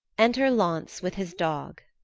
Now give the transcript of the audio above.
enter launce with his dog